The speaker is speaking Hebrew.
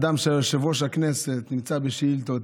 אדם שהיה יושב-ראש הכנסת נמצא בשאילתות,